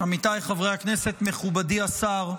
עמיתי חברי הכנסת, מכובדי השר,